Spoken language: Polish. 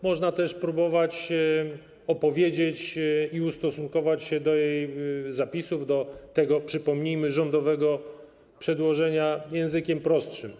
Można też próbować opowiedzieć o niej i ustosunkować się do jej zapisów, do tego, przypomnijmy, rządowego przedłożenia, językiem prostszym.